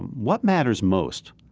what matters most?